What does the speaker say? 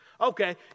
Okay